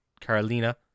Carolina